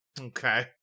Okay